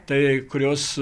tai kurios